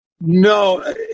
No